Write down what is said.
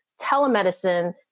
telemedicine